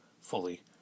fully